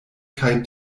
kaj